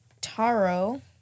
Taro